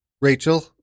Rachel